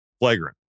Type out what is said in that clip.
flagrant